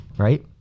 right